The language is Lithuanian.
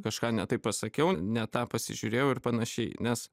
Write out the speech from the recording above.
kažką ne taip pasakiau ne tą pasižiūrėjau ir panašiai nes